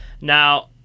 Now